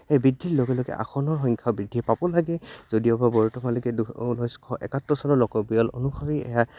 সেই বৃদ্ধিৰ লগে লগে আসনৰ সংখ্যা বৃদ্ধি পাব লাগে যদিও বা বৰ্তমানলৈকে দুশ ঊনৈছশ একসত্তৰ চনৰ লোকপিয়ল অনুসৰি এয়া